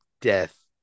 death